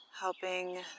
helping